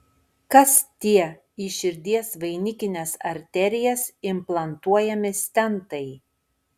kas tie į širdies vainikines arterijas implantuojami stentai